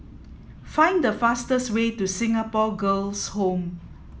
find the fastest way to Singapore Girls' Home